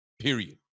Period